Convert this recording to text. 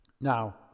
Now